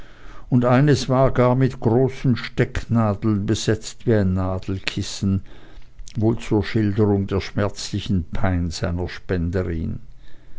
und eines war gar mit großen stecknadeln besetzt wie ein nadelkissen wohl zur schilderung der schmerzlichen pein seiner spenderin